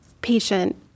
patient